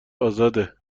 آزاده